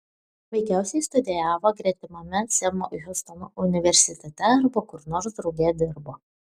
veikiausiai studijavo gretimame semo hiustono universitete arba kur nors drauge dirbo